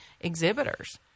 exhibitors